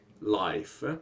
life